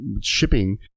shipping